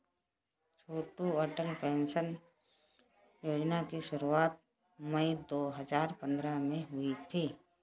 छोटू Atal pension योजना की शुरुआत मई दो हज़ार पंद्रह में हुई थी